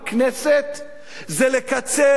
זה לקצר את ימיה של ממשלת נתניהו,